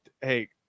Hey